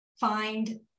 find